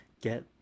get